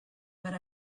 but